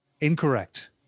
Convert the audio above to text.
Incorrect